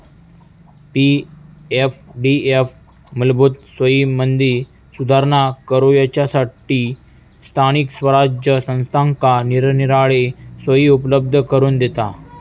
पी.एफडीएफ मूलभूत सोयींमदी सुधारणा करूच्यासठी स्थानिक स्वराज्य संस्थांका निरनिराळे सोयी उपलब्ध करून दिता